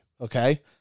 Okay